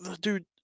Dude